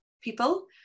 people